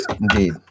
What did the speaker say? indeed